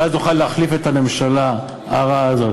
ואז נוכל להחליף את הממשלה הרעה הזאת.